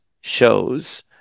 shows